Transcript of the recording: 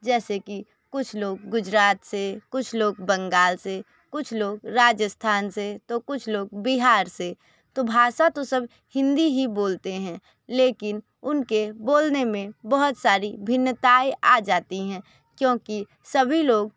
जैसे कि कुछ लोग गुजरात से कुछ लोग बंगाल से कुछ लोग राजस्थान से तो कुछ लोग बिहार से तो भाषा तो सब हिंदी ही बोलते हैं लेकिन उनके बोलने में बहुत सारी भिन्नताएँ आ जाती हैं क्योंकि सभी लोग